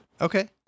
okay